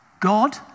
God